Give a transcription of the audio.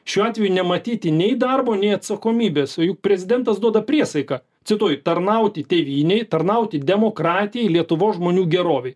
šiuo atveju nematyti nei darbo nei atsakomybės o juk prezidentas duoda priesaiką cituoju tarnauti tėvynei tarnauti demokratijai lietuvos žmonių gerovei